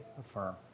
affirm